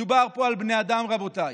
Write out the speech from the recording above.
מדובר פה על בני אדם, רבותיי.